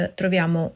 troviamo